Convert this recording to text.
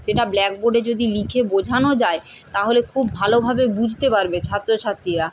সেটা ব্ল্যাকবোর্ডে যদি লিখে বোঝানো যায় তাহলে খুব ভালোভাবে বুঝতে পারবে ছাত্রছাত্রীরা